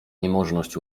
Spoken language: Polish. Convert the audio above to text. niemożność